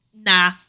Nah